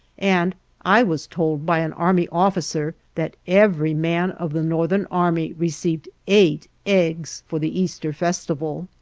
and i was told by an army officer that every man of the northern army received eight eggs for the easter festival.